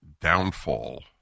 downfall